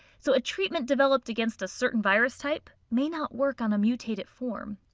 so a treatment developed against a certain virus type may not work on a mutated form.